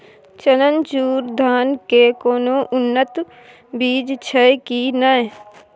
चननचूर धान के कोनो उन्नत बीज छै कि नय?